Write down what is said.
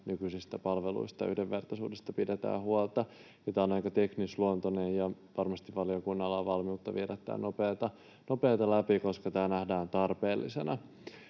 nykyisistä palveluista ja yhdenvertaisuudesta pidetään huolta. Tämä on aika teknisluontoinen, ja varmasti valiokunnalla on valmiutta viedä tämä nopeasti läpi, koska tämä nähdään tarpeellisena.